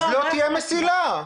אז לא תהיה מסילה.